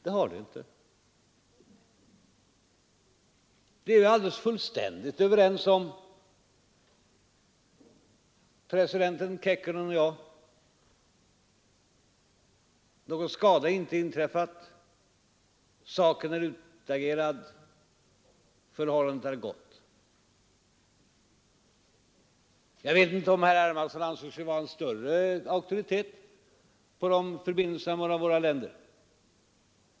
Det har det ju inte — det är vi fullständigt överens om, presidenten Kekkonen och jag. Någon skada har inte inträffat, saken är utagerad, förhållandet är gott. Jag vet inte om herr Hermansson anser sig vara en större auktoritet när det gäller förbindelserna mellan våra länder.